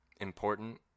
important